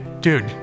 Dude